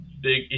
big